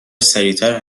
سریعتر